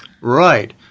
Right